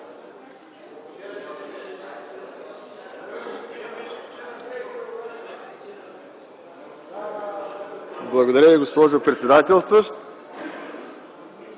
Благодаря Ви, госпожо председателстваща.